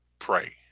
pray